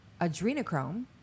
adrenochrome